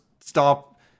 stop